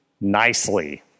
nicely